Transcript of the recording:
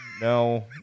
no